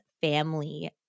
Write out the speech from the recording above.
family